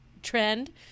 Trend